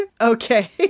Okay